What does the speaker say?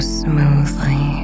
smoothly